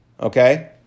Okay